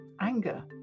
anger